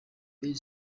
billy